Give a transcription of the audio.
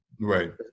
right